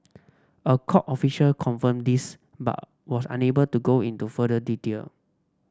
a court official confirmed this but was unable to go into further detail